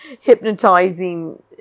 hypnotizing